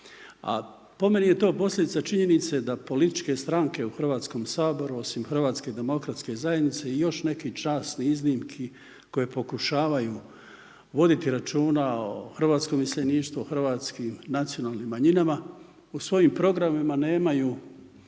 a po meni je to posljedica činjenice da političke stranke u Hrvatskom saboru osim Hrvatske demokratske zajednice i još nekih časnih iznimki koje pokušavaju voditi računa o hrvatskom iseljeništvu, hrvatskim nacionalnim manjinama u svojim programima nemaju